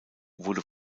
wurde